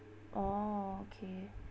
orh okay